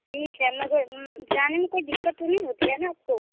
ठीक है मगर जाने में कोई दिक़्क़त तो नहीं होती है ना आपको